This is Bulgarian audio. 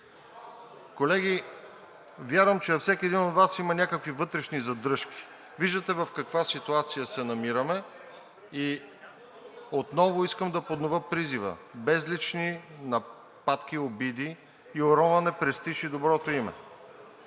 Колеги, вярвам, че във всеки един от Вас има някакви вътрешни задръжки. Виждате в каква ситуация се намираме и отново искам да подновя призива – без лични нападки, обиди и уронване на престижа и доброто име.